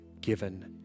given